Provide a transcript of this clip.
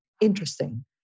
interesting